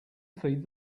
feed